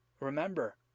remember